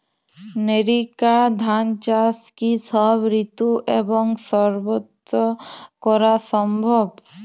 NERICA ধান চাষ কি সব ঋতু এবং সবত্র করা সম্ভব?